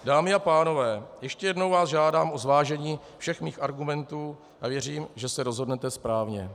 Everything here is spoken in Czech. Dámy a pánové, ještě jednou vás žádám o zvážení všech mých argumentů a věřím, že se rozhodnete správně.